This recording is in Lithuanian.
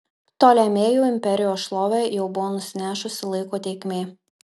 ptolemėjų imperijos šlovę jau buvo nusinešusi laiko tėkmė